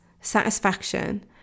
satisfaction